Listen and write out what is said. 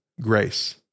grace